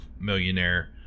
Millionaire